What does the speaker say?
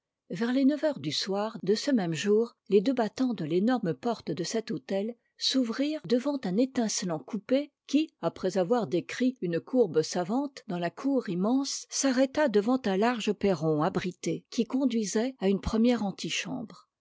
vers les neuf heures du soir de ce même jour les deux battants de l'énorme porte de cet hôtel s'ouvrirent devant un étincelant coupé qui après avoir décrit une courbe savante dans la cour immense s'arrêta devant un large perron abrité qui conduisait à une première antichambre